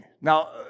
Now